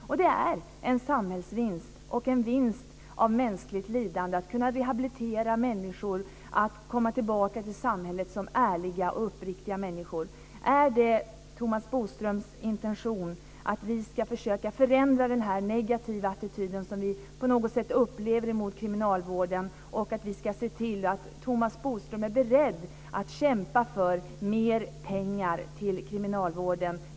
Det blir en samhällsvinst och en vinst i mänskligt lidande om personer kan rehabiliteras och komma tillbaka till samhället som ärliga och uppriktiga människor. Är det Thomas Bodströms intention att vi ska försöka förändra den negativa attityd mot kriminalvården som vi upplever? Är Thomas Bodström beredd att kämpa för mer pengar till kriminalvården?